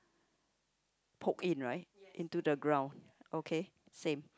poke in right into the ground okay same